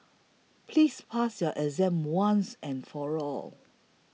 please pass your exam once and for all